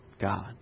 God